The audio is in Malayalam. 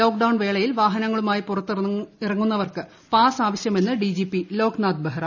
ലോക്ക്ഡൌൺ വേളയിൽ വാഹനങ്ങളുമായി പുറത്തിറങ്ങുന്നവർക്ക് പാസ് ആവശ്യമെന്ന് ഡിജിപി ലോക്നാഥ് ബെഹ്റ